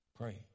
pray